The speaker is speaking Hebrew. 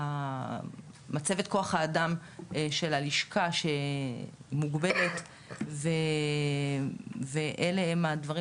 המצבת כוח האדם של הלשכה שמוגבלת ואלה הם הדברים